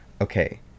Okay